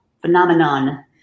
Phenomenon